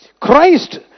Christ